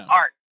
art